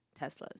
Teslas